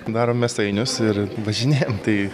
darom mėsainius ir važinėjam tai